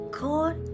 God